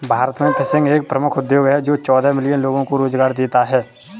भारत में फिशिंग एक प्रमुख उद्योग है जो चौदह मिलियन लोगों को रोजगार देता है